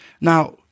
Now